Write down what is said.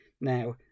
Now